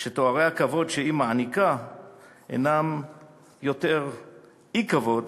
שתוארי הכבוד שהיא מעניקה הנם יותר אי-כבוד